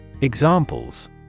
Examples